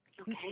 Okay